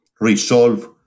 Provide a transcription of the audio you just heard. resolve